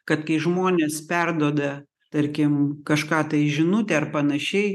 kad kai žmonės perduoda tarkim kažką tai žinutę ar panašiai